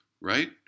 Right